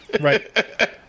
Right